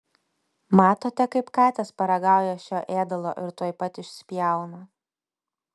matote kaip katės paragauja šio ėdalo ir tuoj pat išspjauna